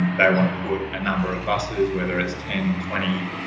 they want to put a number of buses, whether it's ten, twenty,